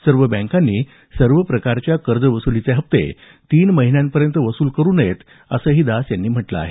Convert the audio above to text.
सर्व बँकांनी सर्व प्रकारच्या कर्जवसुलीचे हप्ते तीन महिन्यांपर्यंत वसूल करू नयेत असंही दास यांनी म्हटलं आहे